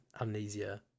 amnesia